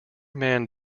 man